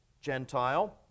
Gentile